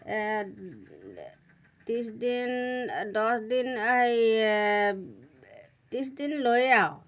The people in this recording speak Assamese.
ত্ৰিছদিন দহদিন হেৰি ত্ৰিছদিন লৈয়ে আৰু